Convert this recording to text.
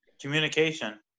Communication